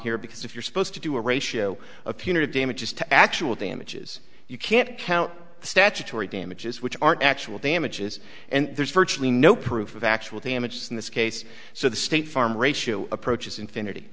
here because if you're supposed to do a ratio of punitive damages to actual damages you can't count statutory damages which aren't actual damages and there's virtually no proof of actual damages in this case so the state farm ratio approaches infinity